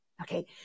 Okay